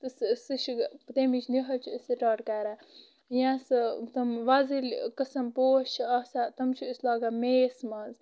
تمِچ نہٲلۍ چھِ سِٹاٹ کران یا سُہ تِم وۄزٕلۍ قٕسم پوش آسان تِم چھِ أسۍ لاگان مییس منٛز